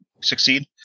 succeed